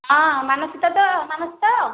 ହଁ ମାନସୀ ଟା ତ ମାନସୀ ତ